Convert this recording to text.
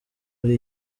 ari